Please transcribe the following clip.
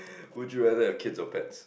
would you rather have kids or pets